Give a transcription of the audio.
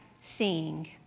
seeing